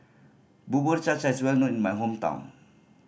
Bubur Cha Cha is well known in my hometown